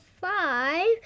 five